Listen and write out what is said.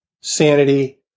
sanity